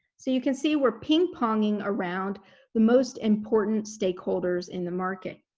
so you can see we're ping-ponging around the most important stakeholders in the market.